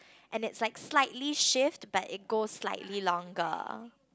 and is like slightly shift but it go slightly longer